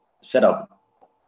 setup